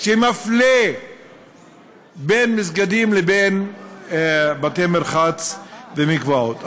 שמפלה בין מסגדים לבין בתי-מרחץ ומקוואות.